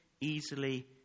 easily